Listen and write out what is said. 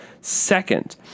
second